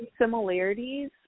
similarities